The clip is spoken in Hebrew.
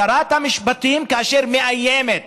שרת המשפטים, כאשר היא מאיימת